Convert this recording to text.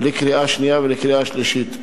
לקריאה השנייה ולקריאה השלישית.